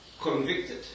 convicted